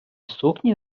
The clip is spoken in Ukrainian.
сукні